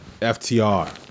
FTR